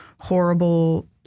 horrible